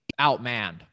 outmanned